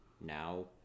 now